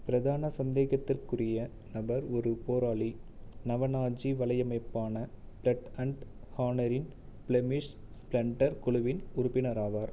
பிரதான சந்தேகத்திற்குரிய நபர் ஒரு போராளி நவ நாஜி வலையமைப்பான பிளட் அண்ட் ஹானரின் ஃபிளெமிஷ் ஸ்ப்ளண்டர் குழுவின் உறுப்பினர் ஆவார்